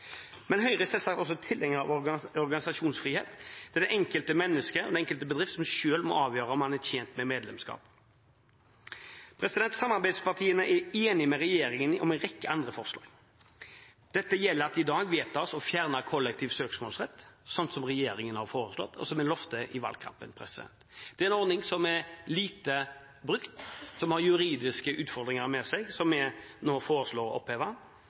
Men Høyre er selvsagt også tilhenger av organisasjonsfrihet. Det er det enkelte mennesket og den enkelte bedrift som selv må avgjøre om man er tjent med medlemskap. Samarbeidspartiene er enige med regjeringen når det gjelder en rekke andre forslag, bl.a. vedtas det i dag å fjerne kollektiv søksmålsrett, slik regjeringen har foreslått, og som en lovte i valgkampen. Det er en ordning som er lite brukt, som har juridiske utfordringer med seg, og som vi nå foreslår å oppheve.